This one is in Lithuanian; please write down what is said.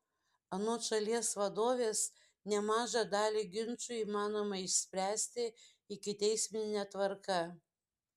anot šalies vadovės nemažą dalį ginčų įmanoma išspręsti ikiteismine tvarka